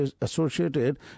associated